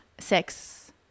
sex